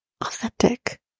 authentic